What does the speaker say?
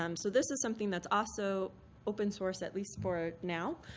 um so this is something that's also open source, at least for now,